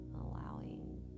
allowing